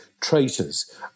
traitors